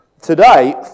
Today